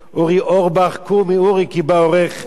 "קומי אורי כי בא אורך" איך אפשר לסרב לך?